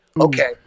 okay